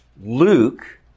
Luke